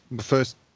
first